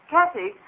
Kathy